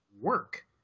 work